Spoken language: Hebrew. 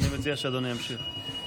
זאת דקה דומייה על הדמוקרטיה.